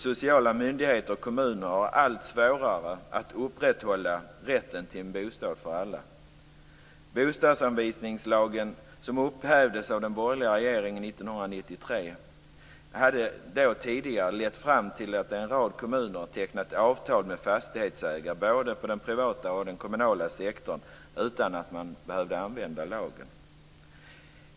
Sociala myndigheter och kommuner har allt svårare att upprätthålla rätten till en bostad för alla. Bostadsanvisningslagen, som upphävdes av den borgerliga regeringen 1993, hade tidigare lett fram till att en rad kommuner tecknat avtal med fastighetsägare, både i den privata och i den kommunala sektorn, utan att man behövde använda lagen.